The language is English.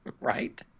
Right